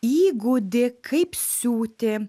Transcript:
įgūdį kaip siūti